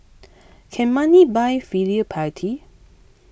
can money buy filial piety